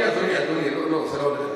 אדוני, אדוני, לא לא, זה לא עובד ככה.